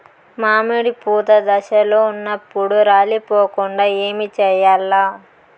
మామిడి పూత దశలో ఉన్నప్పుడు రాలిపోకుండ ఏమిచేయాల్ల?